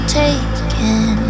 taken